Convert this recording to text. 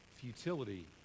futility